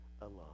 alone